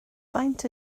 faint